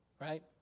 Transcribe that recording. right